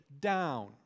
down